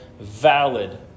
valid